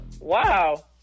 Wow